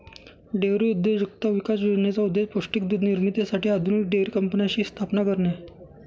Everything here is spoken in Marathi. डेअरी उद्योजकता विकास योजनेचा उद्देश पौष्टिक दूध निर्मितीसाठी आधुनिक डेअरी कंपन्यांची स्थापना करणे आहे